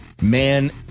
Man